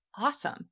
awesome